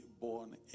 born